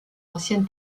ancienne